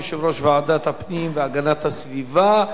יושב-ראש ועדת הפנים והגנת הסביבה.